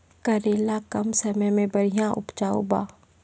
करेला कम समय मे बढ़िया उपजाई बा?